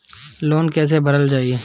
Loan कैसे भरल जाइ?